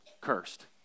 cursed